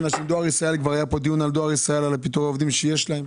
היה פה כבר דיון על פיטורי העובדים בדואר ישראל.